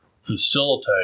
facilitate